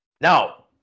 Now